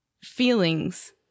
feelings